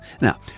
Now